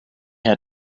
had